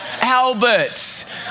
Albert